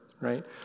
right